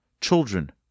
Children